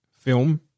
film